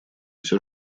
все